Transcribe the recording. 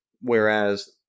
whereas